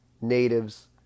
natives